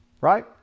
Right